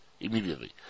immediately